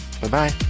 Bye-bye